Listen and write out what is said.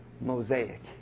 mosaic